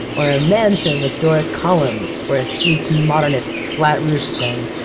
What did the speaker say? or a mansion with doric columns, or a sleek, modernist, flat-roofed thing,